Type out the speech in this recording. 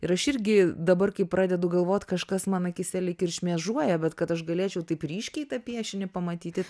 ir aš irgi dabar kai pradedu galvot kažkas man akyse lyg ir šmėžuoja bet kad aš galėčiau taip ryškiai tą piešinį pamatyti